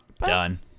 done